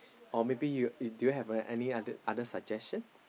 or maybe you do you have any any other other suggestion